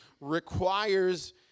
requires